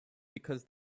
because